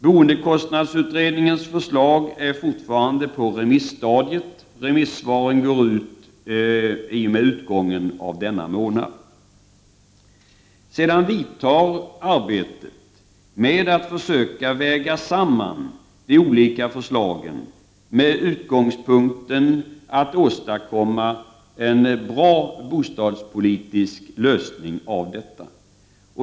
Boendekostnadsutredningens förslag är fortfarande på remisstadiet. Remissvaren skall vara inlämnade vid utgången av denna månad. Sedan vidtar arbetet med att väga samman de olika förslagen med utgångspunkten att försöka åstadkomma en bra bostadspolitisk lösning av detta.